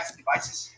devices